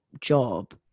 job